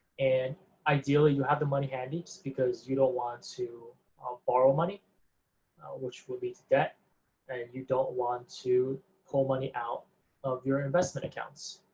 and ideally you have the money handy just because you don't want to borrow money which would lead to debt and you don't want to pull money out of your investment accounts.